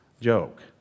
joke